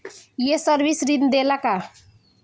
ये सर्विस ऋण देला का?